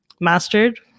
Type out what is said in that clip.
mastered